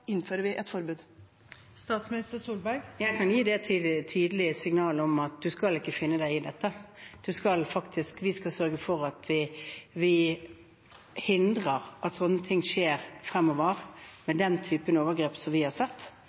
innfører vi et forbud? Jeg kan gi det tydelige signalet om at du skal ikke finne deg i dette, at vi skal sørge for å hindre at sånne ting skjer fremover, denne typen overgrep som vi har sett.